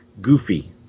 goofy